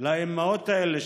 לאימהות האלה,